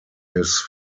his